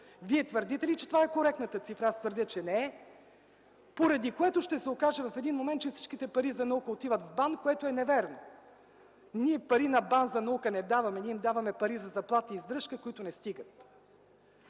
Вие твърдите ли, че това е коректната цифра? Аз твърдя, че не е! Поради това ще се окажем в един момент, че всички пари за наука отиват в БАН, което не е вярно. Ние пари на БАН за наука не даваме, ние им даваме пари за заплати и за издръжка, които не стигат.